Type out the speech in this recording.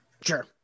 Sure